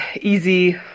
easy